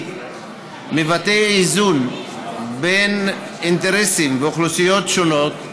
מבטא איזון בין אינטרסים ואוכלוסיות שונות,